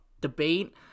debate